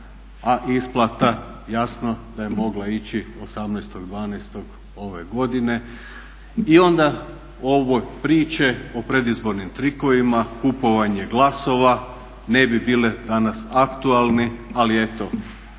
a isplata jasno da je mogla ići 18.12. ove godine. I onda ove priče o predizbornim trikovima, kupovanje glasova, ne bi bile danas aktualne ali eto,